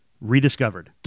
rediscovered